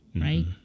right